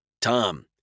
Tom